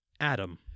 Adam